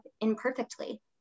imperfectly